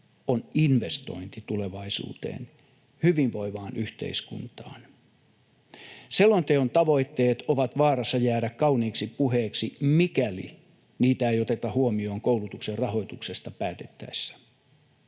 on investointi tulevaisuuteen, hyvinvoivaan yhteiskuntaan. Selonteon tavoitteet ovat vaarassa jäädä kauniiksi puheeksi, mikäli niitä ei oteta huomioon koulutuksen rahoituksesta päätettäessä.